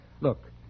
Look